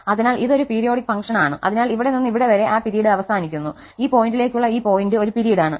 അതിനാൽ ഇത് ഒരു പീരിയോഡിക് ഫംഗ്ഷൻ ആണ് അതിനാൽ ഇവിടെ നിന്ന് ഇവിടെ വരെ ആ പിരീഡ് അവസാനിക്കുന്നു ഈ പോയിന്റിലേക്കുള്ള ഈ പോയിന്റ് ഒരു പിരീഡ് ആണ്